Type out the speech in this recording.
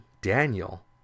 Daniel